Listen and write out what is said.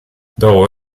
dopo